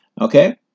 Okay